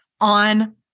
on